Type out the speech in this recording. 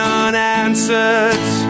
unanswered